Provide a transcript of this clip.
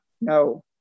no